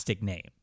name